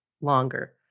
longer